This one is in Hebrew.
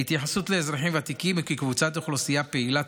ההתייחסות לאזרחים ותיקים היא כאל קבוצת אוכלוסייה פעילה,